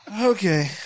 Okay